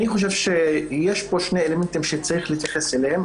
אני חושב שיש פה שני אלמנטים שצריך להתייחס אליהם.